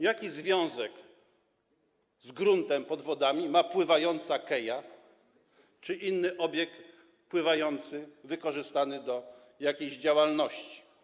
Jaki związek z gruntem pod wodami ma pływająca keja czy inny obiekt pływający wykorzystany do jakiejś działalności?